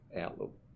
outlook